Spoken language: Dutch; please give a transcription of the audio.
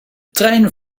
trein